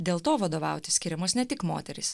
dėl to vadovauti skiriamos ne tik moterys